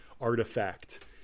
artifact